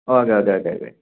okay okay okay okay